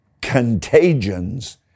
contagions